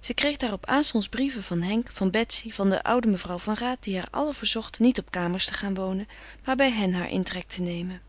zij kreeg daarop aanstonds brieven van henk van betsy van de oude mevrouw van raat die haar allen verzochten niet op kamers te gaan wonen maar bij hen haren intrek te nemen